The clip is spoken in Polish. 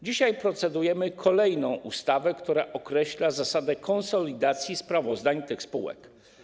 Dzisiaj procedujemy nad kolejną ustawa, która określa zasadę konsolidacji sprawozdań tych spółek.